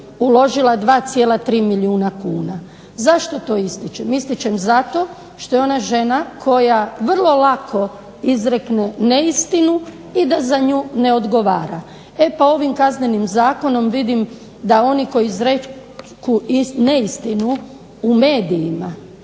uložila 2,3 milijuna kuna. Zašto to ističem? Ističem zato što je ona žena koja vrlo lako izrekne neistinu i da za nju ne odgovara. E pa ovim Kaznenim zakonom vidim da oni koji izreku neistinu u medijima